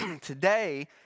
today